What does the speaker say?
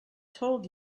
told